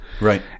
Right